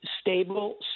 stable